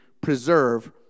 preserve